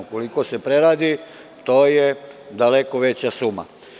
Ukoliko se preradi, to je daleko veća suma.